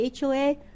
HOA